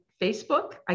Facebook